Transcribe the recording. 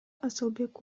асылбек